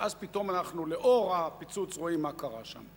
ואז, פתאום, אנחנו, לאור הפיצוץ, רואים מה קרה שם.